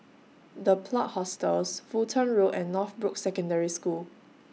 The Plot Hostels Fulton Road and Northbrooks Secondary School